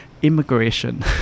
immigration